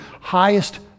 highest